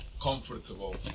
comfortable